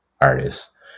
artists